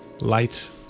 light